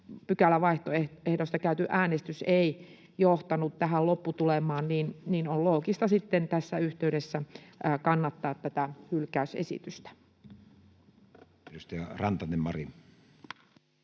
pykälävaihtoehdoista käyty äänestys eivät johtaneet tähän lopputulemaan, niin on loogista sitten tässä yhteydessä kannattaa tätä hylkäysesitystä. Edustaja Rantanen, Mari.